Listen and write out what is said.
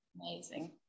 amazing